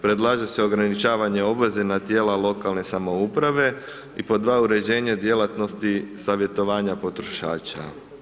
Predlaže se ograničavanje obveze na tijela lokalne samouprave i pod dva uređenje djelatnosti savjetovanja potrošača.